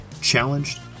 challenged